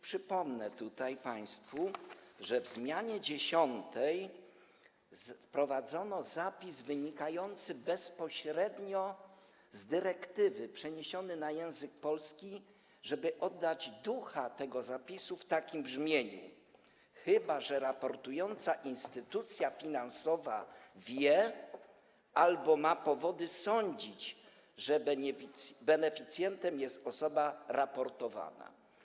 Przypomnę państwu, że w zmianie 10. wprowadzono zapis wynikający bezpośrednio z dyrektywy, przetłumaczony na język polski, żeby oddać ducha tego zapisu, w takim brzmieniu: chyba że raportująca instytucja finansowa wie albo ma powody sądzić, że beneficjentem jest osoba raportowana.